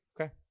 Okay